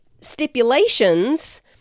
stipulations